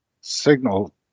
signal